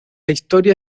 historia